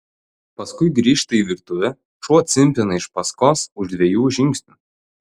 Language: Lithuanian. paskui grįžta į virtuvę šuo cimpina iš paskos už dviejų žingsnių